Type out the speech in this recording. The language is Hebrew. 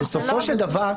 בסופו של דבר,